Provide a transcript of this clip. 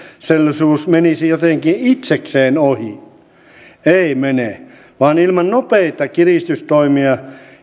poikkeuksellisuus menisi jotenkin itsekseen ohi ei mene vaan ilman nopeita kiristystoimia